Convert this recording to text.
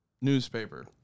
newspaper